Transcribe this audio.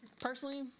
Personally